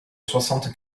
soixante